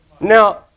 Now